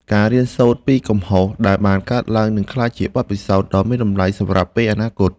ការរៀនសូត្រពីកំហុសដែលបានកើតឡើងនឹងក្លាយជាបទពិសោធន៍ដ៏មានតម្លៃសម្រាប់ពេលអនាគត។